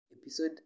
episode